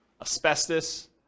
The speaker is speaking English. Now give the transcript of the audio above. asbestos